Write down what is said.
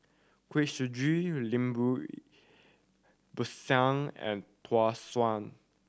Kuih Suji Lemper Pisang and suan